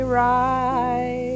right